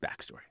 backstory